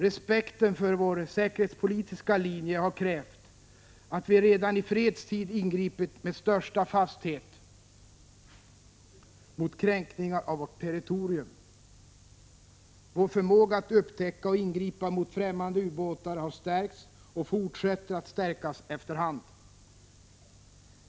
Respekten för vår säkerhetspolitiska linje har krävt att vi redan i fredstid ingripit med största fasthet mot kränkning av vårt territorium. Vår förmåga att upptäcka och ingripa mot främmande ubåtar har stärkts och fortsätter att stärkas efter hand.